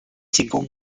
进攻